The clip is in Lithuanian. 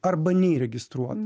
arba neįregistruot